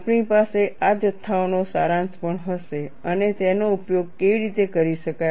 આપણી પાસે આ જથ્થાઓનો સારાંશ પણ હશે અને તેનો ઉપયોગ કેવી રીતે કરી શકાય